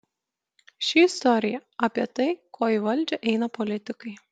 ši istorija apie tai ko į valdžią eina politikai